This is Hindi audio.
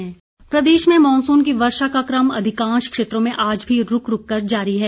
मौसम प्रदेश में मॉनसून की वर्षा का क्रम अधिकांश क्षेत्रों में आज भी रूक रूक कर जारी है